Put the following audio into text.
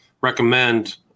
recommend